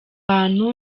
bantu